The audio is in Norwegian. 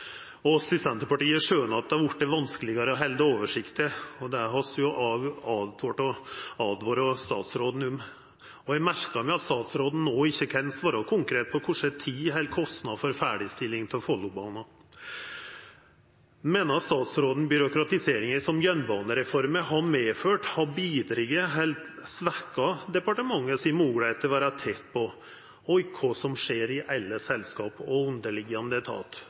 i Senterpartiet skjønar at det har vorte vanskelegare å halda oversikta, og det har vi åtvara statsråden om. Eg merka meg at statsråden no ikkje kan svara konkret med omsyn til tid eller kostnad for ferdigstilling av Follobana. Meiner statsråden at byråkratiseringa som jernbanereforma har medført, har svekt departementets moglegheit til å vera tett på og bidrege til det som skjer i alle selskap og underliggjande